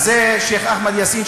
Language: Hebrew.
אז זה שיח' אחמד יאסין,